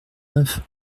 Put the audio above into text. neuf